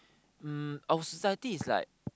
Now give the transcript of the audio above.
um our society is like